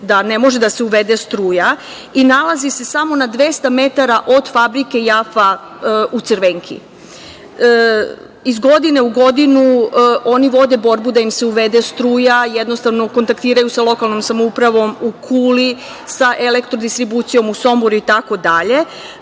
da ne može da se uvede struja. Nalazi se samo na 200 metara od fabrike „Jafa“ u Crvenki. Iz godine u godinu, oni vode borbu da im se uvede struja. Jednostavno, kontaktiraju sa lokalnom samoupravom u Kuli, sa Elektrodistribucijom u Somboru itd. Taj